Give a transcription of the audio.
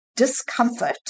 discomfort